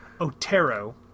otero